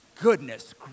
Goodness